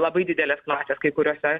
labai didelės klasės kai kuriose